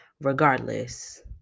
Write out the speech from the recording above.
regardless